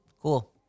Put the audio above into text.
Cool